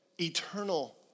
eternal